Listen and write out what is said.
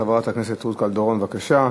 חברת הכנסת רות קלדרון, בבקשה.